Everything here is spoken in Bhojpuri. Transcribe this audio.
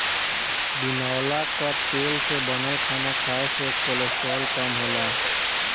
बिनौला कअ तेल से बनल खाना खाए से कोलेस्ट्राल कम होला